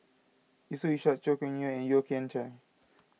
Yusof Ishak Chua Kim Yeow and Yeo Kian Chai